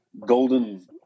Golden